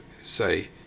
say